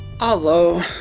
Hello